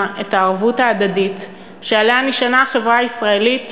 את הערבות ההדדית שעליה נשענה החברה הישראלית